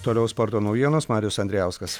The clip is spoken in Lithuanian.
toliau sporto naujienos marius andrijauskas